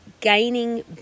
gaining